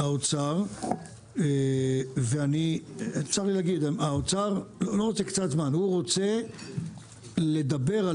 אנשי האוצר וצר לי להגיד: האוצר רוצה לדבר על